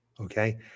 Okay